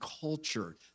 culture